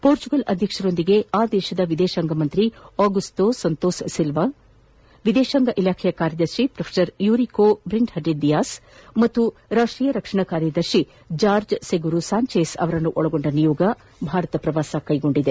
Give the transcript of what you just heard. Portugal ಅಧ್ಯಕ್ಷರ ಜೊತೆ ಆ ದೇಶದ ವಿದೇಶಾಂಗ ಸಚಿವ ಆಗುಸ್ವೋ ಸಂಟೋಸ್ ಸಿಲ್ವ ವಿದೇಶಾಂಗ ಇಲಾಖೆ ಕಾರ್ಯದರ್ಶಿ ಪ್ರೊಫೆಸರ್ ಯುರಿಕೋ ಬ್ರಿಲ್ಹಂಟೆ ಡಿಯಾಸ್ ಮತ್ತು ರಾಷ್ಟೀಯ ರಕ್ಷಣಾ ಕಾರ್ಯದರ್ಶಿ ಜಾರ್ಜ್ ಸೆಗುರು ಸಾಂಚೇಸ್ ಅವರನ್ನು ಒಳಗೊಂಡ ನಿಯೋಗವೂ ಭಾರತ ಪ್ರವಾಸದಲ್ಲಿದೆ